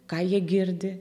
ką jie girdi